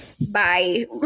bye